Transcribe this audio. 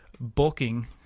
bulking